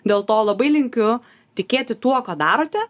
dėl to labai linkiu tikėti tuo ką darote